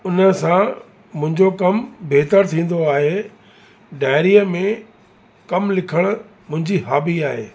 उनसां मुंहिंजो कम बहितरु थींदो आहे डायरीअ में कम लिखणु मुंहिंजी हॉबी आहे